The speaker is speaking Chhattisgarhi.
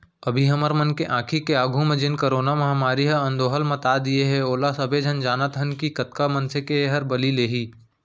अभी हमर मन के आंखी के आघू म जेन करोना महामारी ह अंदोहल मता दिये हे ओला सबे झन जानत हन कि कतका मनसे के एहर बली लेही